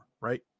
right